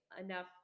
enough